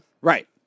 Right